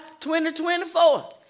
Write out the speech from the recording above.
2024